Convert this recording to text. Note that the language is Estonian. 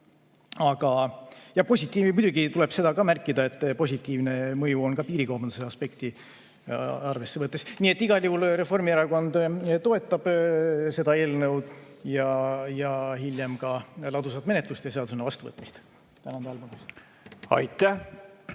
et positiivne mõju on ka piirikaubanduse aspekti arvesse võttes. Nii et igal juhul Reformierakond toetab seda eelnõu ja hiljem ka ladusat menetlust ja seadusena vastuvõtmist. Tänan